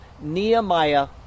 Nehemiah